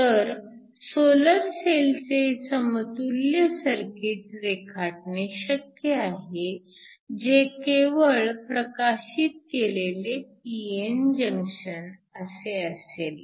तर सोलर सेलचे सममुल्य सर्किट रेखाटणे शक्य आहे जे केवळ प्रकाशित केलेले pn जंक्शन असे असेल